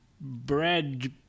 bread